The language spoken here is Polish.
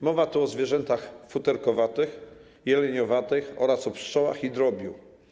Mowa tu o zwierzętach futerkowych, jeleniowatych oraz o pszczołach i drobiu.